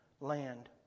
land